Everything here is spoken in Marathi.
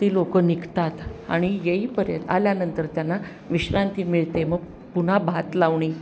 ती लोकं निघतात आणि येई पर्या आल्यानंतर त्यांना विश्रांती मिळते मग पुन्हा भात लावणी